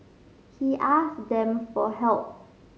he asked them for help